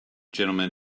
gentlemen